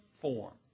form